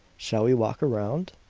shall we walk around?